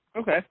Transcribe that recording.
okay